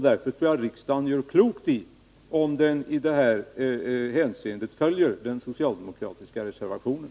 Därför tror jag riksdagen gör klokt i att i detta hänseende följa den socialdemokratiska reservationen.